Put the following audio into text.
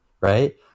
right